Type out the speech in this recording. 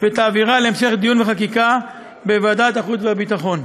ותעבירה להמשך דיון וחקיקה בוועדת החוץ והביטחון.